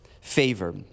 favor